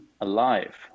Alive